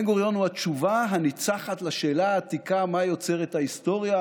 בן-גוריון הוא התשובה הניצחת לשאלה העתיקה: מה יוצר את ההיסטוריה,